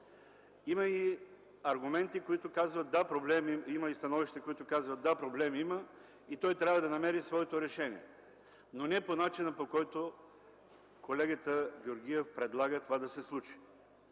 и становища, които казват: „Да, проблем има и той трябва да намери своето решение, но не по начина, по който колегата Георгиев предлага това да се случи”.